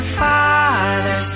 father